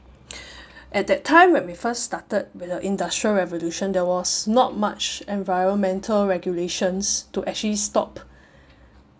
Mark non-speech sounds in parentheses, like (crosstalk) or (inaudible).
(breath) at that time when we first started with the industrial revolution there was not much environmental regulations to actually stop